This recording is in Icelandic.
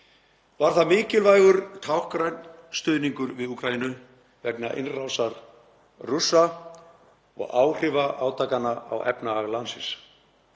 Var það mikilvægur táknrænn stuðningur við Úkraínu vegna innrásar Rússa og áhrifa átakanna á efnahag landsins.